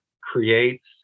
creates